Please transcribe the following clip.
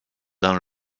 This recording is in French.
dans